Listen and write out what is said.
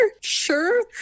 sure